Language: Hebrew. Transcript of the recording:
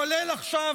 כולל עכשיו,